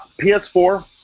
PS4